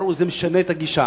ברור שזה משנה את הגישה.